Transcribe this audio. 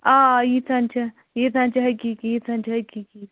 آ آ ییٖژہن چھِ ییٖژہن چھِ حقیٖق ییٖژہن چھِ حقیٖقی